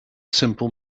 simple